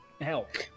help